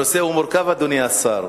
הנושא הוא מורכב, אדוני השר.